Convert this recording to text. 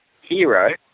Hero